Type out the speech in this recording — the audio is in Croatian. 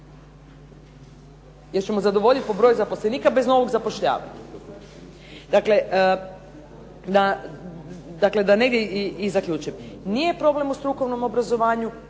Jer ćemo zadovoljiti po broju zaposlenika bez novog zapošljavanja. Dakle, da negdje i za ključim, nije problem u strukovnom obrazovanju